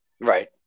Right